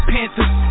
Panthers